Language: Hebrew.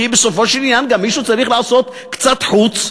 כי בסופו של עניין מישהו גם צריך לעשות קצת חוץ.